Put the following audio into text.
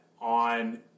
on